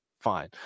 fine